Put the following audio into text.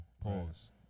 Pause